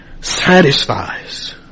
satisfies